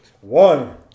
One